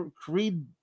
Creed